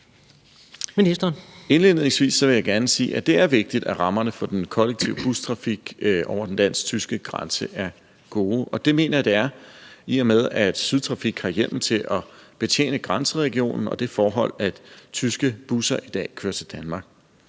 Engelbrecht): Indledningsvis vil jeg gerne sige, at det er vigtigt, at rammerne for den kollektive bustrafik over den dansk-tyske grænse er gode. Og det mener jeg de er, i og med at Sydtrafik har hjemmel til at betjene grænseregionen og det forhold, at tyske busser i dag kører til Danmark.